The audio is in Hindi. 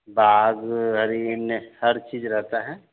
बाघ हरिन हर चीज़ रहती है